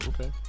Okay